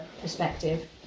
perspective